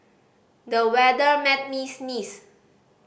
the weather made me sneeze